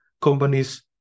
companies